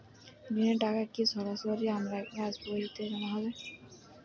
ঋণের টাকা কি সরাসরি আমার পাসবইতে জমা হবে?